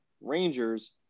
Rangers